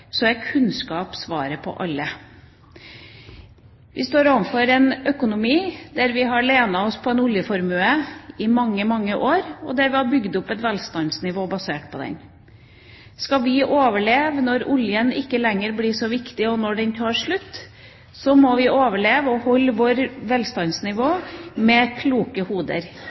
Så må jeg bare si at hvis man setter seg ned og analyserer det norske samfunnet og ser på hvilke store utfordringer vi står overfor, er kunnskap svaret på alle. Vi står overfor en økonomi der vi har lenet oss på en oljeformue i mange, mange år, og der vi har bygd opp et velstandsnivå basert på den. Skal vi overleve når oljen ikke lenger blir så viktig, og når